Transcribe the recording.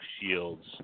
Shields